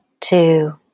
two